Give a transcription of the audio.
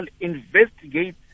investigate